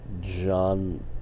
John